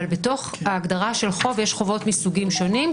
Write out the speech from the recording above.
אבל בתוך ההגדרה של "חוב" יש חובות מסוגים שונים,